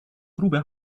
grube